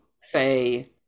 say